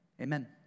Amen